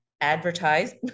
advertise